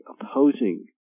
opposing